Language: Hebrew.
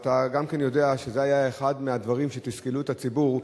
אתה גם יודע שזה היה אחד הדברים שתסכלו את הציבור,